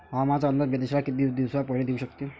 हवामानाचा अंदाज वेधशाळा किती दिवसा पयले देऊ शकते?